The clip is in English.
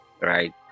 right